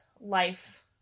life